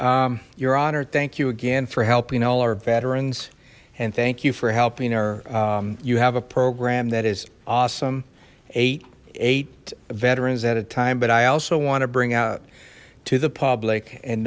mayor your honor thank you again for helping all our veterans and thank you for helping or you have a program that is awesome eight eight veterans at a time but i also want to bring out to the public and